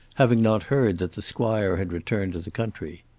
having not heard that the squire had returned to the country.